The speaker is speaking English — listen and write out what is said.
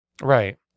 Right